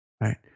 Right